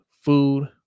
food